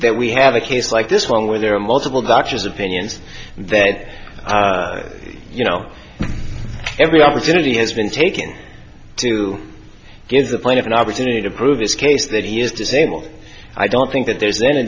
that we have a it's like this one where there are multiple doctors opinions that you know every opportunity has been taking to get the point of an opportunity to prove his case that he is disabled i don't think that there's an